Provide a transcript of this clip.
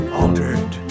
altered